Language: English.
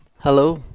Hello